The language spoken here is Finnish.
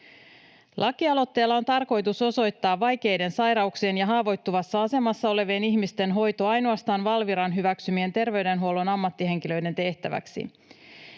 Lakialoitteella on tarkoitus osoittaa vaikeiden sairauksien ja haavoittuvassa asemassa olevien ihmisten hoito ainoastaan Valviran hyväksymien terveydenhuollon ammattihenkilöiden tehtäväksi.